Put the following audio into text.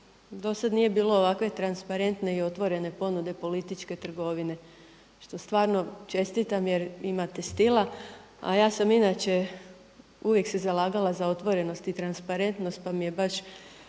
do sada nije bilo ovakve transparentne i otvorene ponude političke trgovine što stvarno čestitam jer imate stila a ja sam inače uvijek se zalagala za otvorenost i transparentnost pa mi je baš